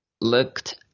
looked